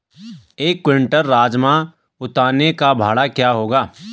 एक क्विंटल राजमा उतारने का भाड़ा क्या होगा?